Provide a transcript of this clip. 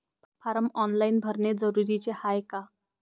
Form online भरने जरुरीचे हाय का?